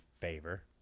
favor